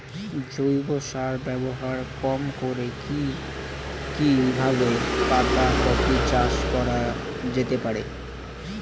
জৈব সার ব্যবহার কম করে কি কিভাবে পাতা কপি চাষ করা যেতে পারে?